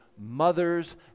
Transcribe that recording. mothers